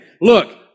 look